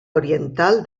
oriental